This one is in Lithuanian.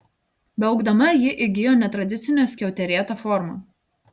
beaugdama ji įgijo netradicinę skiauterėtą formą